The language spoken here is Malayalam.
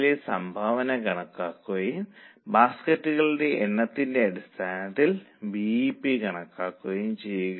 പുതുക്കിയ ബജറ്റിന്റെ ലാഭം കണക്കാക്കുക